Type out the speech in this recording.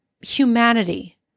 humanity